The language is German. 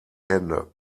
hände